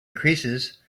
increases